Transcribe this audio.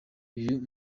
uyu